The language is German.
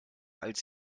als